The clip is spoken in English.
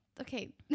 Okay